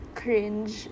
cringe